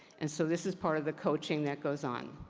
and so this is part of the coaching that goes on.